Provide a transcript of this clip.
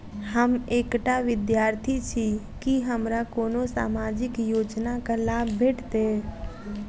हम एकटा विद्यार्थी छी, की हमरा कोनो सामाजिक योजनाक लाभ भेटतय?